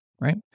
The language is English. right